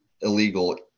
illegal